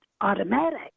automatic